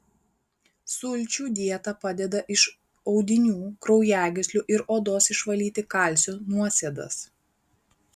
sulčių dieta padeda iš audinių kraujagyslių ir odos išvalyti kalcio nuosėdas